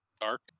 dark